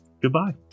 goodbye